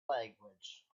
language